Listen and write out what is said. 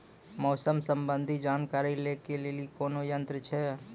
मौसम संबंधी जानकारी ले के लिए कोनोर यन्त्र छ?